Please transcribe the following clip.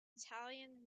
italian